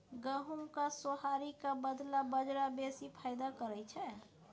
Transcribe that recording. गहुमक सोहारीक बदला बजरा बेसी फायदा करय छै